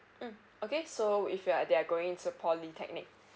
mm okay so if you are they are going to polytechnic